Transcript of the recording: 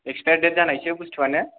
expire date जानायसो बुस्तुआनो